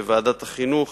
בוועדת החינוך,